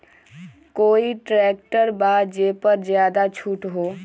कोइ ट्रैक्टर बा जे पर ज्यादा छूट हो?